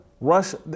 Russia